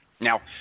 Now